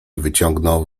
wyciągnął